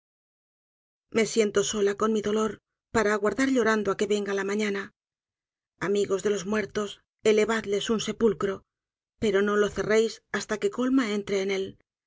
me siento sola con mi dolor para aguardar llorando á que venga la mañana amigos de los muertos elevadles un sepulcro pero no lo cerréis hasta que colma entre en él